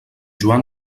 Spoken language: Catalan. joan